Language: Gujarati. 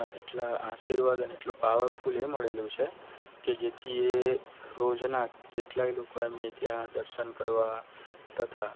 એટલા આશીર્વાદ અને એટલું પાવરફૂલ એ મળેલું છે કે જેથી એ રોજના કેટલાય લોકો એમને ત્યાં દર્શન કરવા તથા